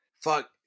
fuck